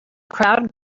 crowd